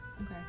Okay